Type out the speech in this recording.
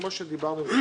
כמו שדיברנו.